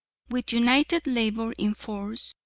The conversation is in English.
with united labor in force,